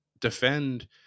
defend